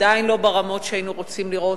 עדיין לא ברמות שהיינו רוצים לראות,